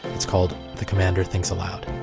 it's called the commander thinks aloud.